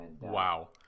wow